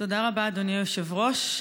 תודה רבה, אדוני היושב-ראש.